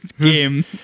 game